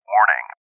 Warning